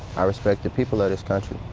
i respect the people of this country,